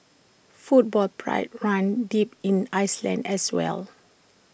football pride runs deep in Iceland as well